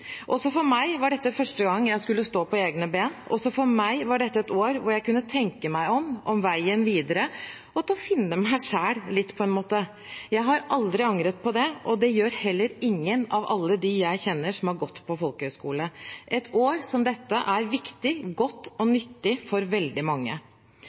Også for meg var dette første gang jeg skulle stå på egne ben, også for meg var dette et år hvor jeg kunne tenke meg om når det gjaldt veien videre, og «finne meg sjæl». Jeg har aldri angret på det, og angre gjør heller ingen av alle dem jeg kjenner som har gått på folkehøyskole. Et år som dette er viktig, godt og nyttig for veldig mange,